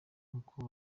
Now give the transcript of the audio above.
uko